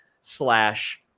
slash